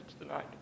tonight